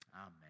Amen